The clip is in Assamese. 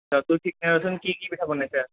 কি কি পিঠা বনাইছা